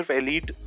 elite